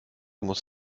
muss